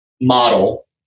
model